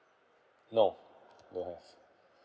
no don't have